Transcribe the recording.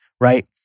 right